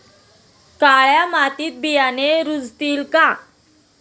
काळ्या मातीत बियाणे रुजतील का?